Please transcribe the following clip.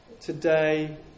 Today